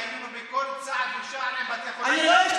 והיינו בכל צעד ושעל עם בתי החולים בנצרת,